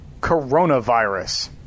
coronavirus